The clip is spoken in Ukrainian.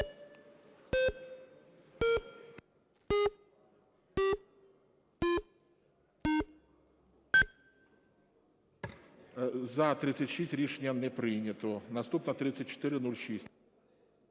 За-31 Рішення не прийнято. Наступна - 3416,